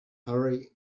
hurry